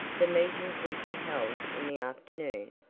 the meetings would be held in the afternoon,